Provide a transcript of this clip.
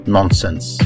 Nonsense